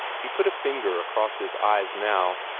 he put a finger across his eyes now,